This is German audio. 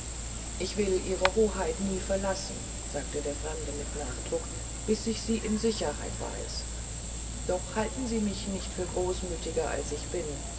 ich will ihre hoheit nie verlassen sagte der fremde mit nachdruck bis ich sie in sicherheit sehe doch halten sie mich nicht für großmüthiger als ich bin